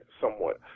somewhat